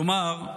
כלומר,